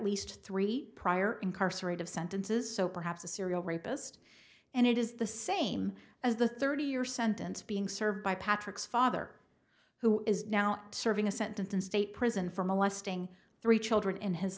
least three prior incarcerate of sentences so perhaps a serial rapist and it is the same as the thirty year sentence being served by patrick's father who is now serving a sentence in state prison for molesting three children in his